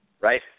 right